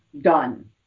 done